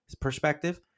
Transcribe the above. perspective